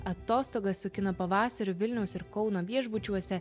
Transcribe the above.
atostogas su kino pavasariu vilniaus ir kauno viešbučiuose